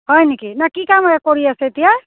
হয় নেকি নহয় এই কি কাম কৰি আছে এতিয়া